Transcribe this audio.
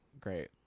Great